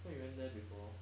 thought you went there before